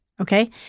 Okay